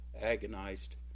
agonized